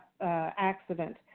accident